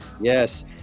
Yes